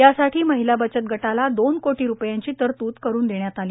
यासाठी महिला बचत गटाला दोन कोटी रूपयाची तरतूद करून देण्यात आली